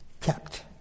kept